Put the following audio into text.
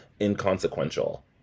inconsequential